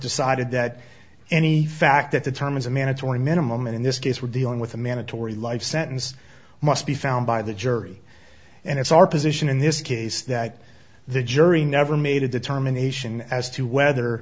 decided that any fact that the time as a manager or a minimum in this case we're dealing with a mandatory life sentence must be found by the jury and it's our position in this case that the jury never made a determination as to whether